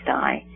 die